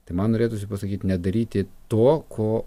tai man norėtųsi pasakyt nedaryti to ko